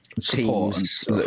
teams